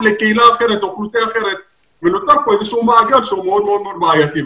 לקהילה אחרת או אוכלוסייה אחרת ונוצר פה איזשהו מעגל שהוא מאוד בעייתי,